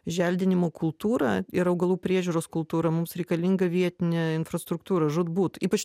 želdinimo kultūrą ir augalų priežiūros kultūrą mums reikalinga vietinė infrastruktūra žūtbūt ypač